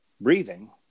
breathing